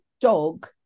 dog